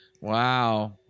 Wow